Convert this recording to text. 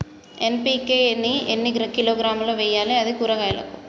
NPK ని ఎన్ని కిలోగ్రాములు వెయ్యాలి? అది కూరగాయలకు?